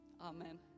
Amen